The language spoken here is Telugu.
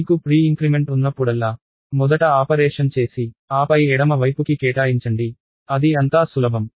మీకు ప్రీ ఇంక్రిమెంట్ ఉన్నప్పుడల్లా మొదట ఆపరేషన్ చేసి ఆపై ఎడమ వైపుకి కేటాయించండి అది అంతా సులభం